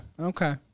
Okay